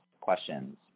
questions